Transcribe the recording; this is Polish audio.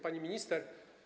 Pani Minister!